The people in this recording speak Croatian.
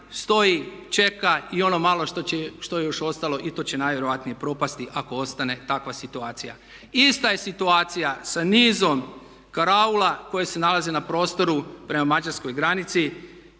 stoji, čeka i ono malo što je još ostalo i to će najvjerojatnije propasti ako ostane takva situacija. Ista je situacija sa nizom karaula koje se nalaze na prostoru prema mađarskoj granici